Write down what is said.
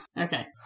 Okay